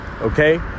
Okay